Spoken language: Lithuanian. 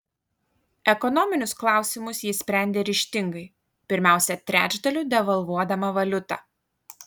ekonominius klausimus ji sprendė ryžtingai pirmiausia trečdaliu devalvuodama valiutą